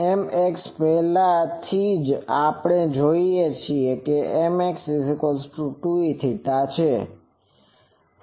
અને Mx પહેલાથી જ આપણે જાણીએ છીએ કે Mx 2E0 છે